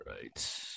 right